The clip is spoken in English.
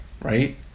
Right